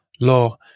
law